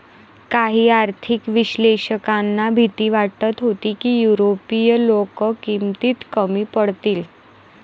काही आर्थिक विश्लेषकांना भीती वाटत होती की युरोपीय लोक किमतीत कमी पडतील